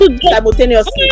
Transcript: simultaneously